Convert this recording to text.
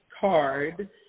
card